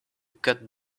cut